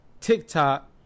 TikTok